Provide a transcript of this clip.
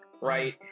right